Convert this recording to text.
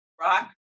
Rock